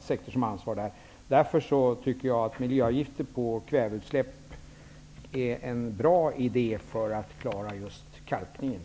sektors ansvar. Därför är miljöavgifter på kväveutsläpp en bra idé för att klara just kalkningen.